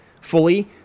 fully